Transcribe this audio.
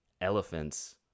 elephants